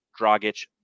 Dragic